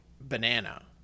banana